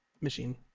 machine